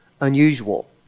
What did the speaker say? unusual